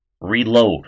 reload